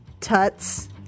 Tuts